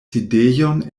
sidejon